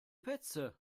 petze